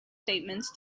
statements